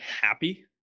happy